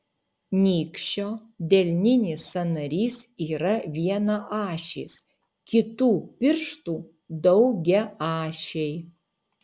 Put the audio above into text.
nykščio delninis sąnarys yra vienaašis kitų pirštų daugiaašiai